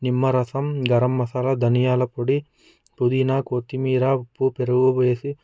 నిమ్మరసం గరం మసాలా ధనియాల పొడి పుదీనా కొత్తిమీర ఉప్పు పెరుగు వేసి